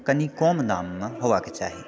कनि कम दाममे होयबाके चाही